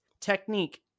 Technique